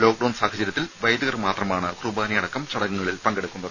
lockdown സാഹചര്യത്തിൽ വൈദികർ മാത്രമാണ് കുർബാനയടക്കം ചടങ്ങുകളിൽ പങ്കെടുക്കുന്നത്